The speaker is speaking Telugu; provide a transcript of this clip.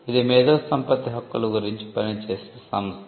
ఇది మేధో సంపత్తి హక్కుల గురించి పని చేసే సంస్థ